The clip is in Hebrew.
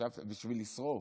בשביל לשרוף.